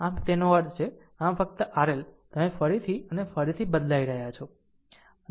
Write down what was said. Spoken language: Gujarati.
આમ તેનો અર્થ છે ફક્ત RL તમે ફરીથી અને ફરીથી બદલાઇ રહ્યા છો